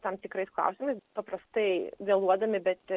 tam tikrais klausimais paprastai vėluodami bet